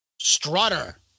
Strutter